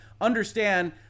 Understand